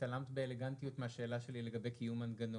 התעלמת באלגנטיות מהשאלה שלי לגבי קיום מנגנון.